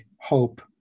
hope